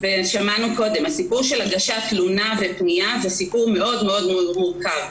הסיפור של הגשת תלונה ופנייה הוא סיפור מאוד מאוד מורכב.